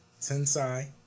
Tensai